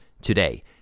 Today